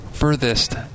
furthest